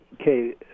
Okay